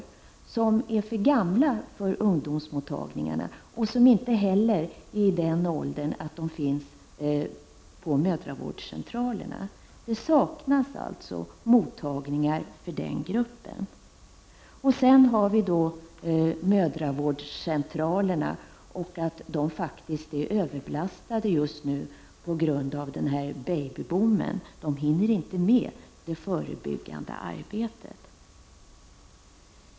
Ungdomar i den gruppen är för gamla för ungdomsmottagningarna, och de är inte heller i rätt ålder för mödravårdscentralerna. Det saknas således mottagningar för den gruppen. Sedan har vi mödravårdscentralerna, som faktiskt är överlastade just nu på grund av babyboomen. Man hinner inte med det förebyggnade arbetet.